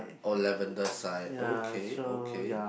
oh Lavender side okay okay